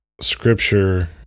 scripture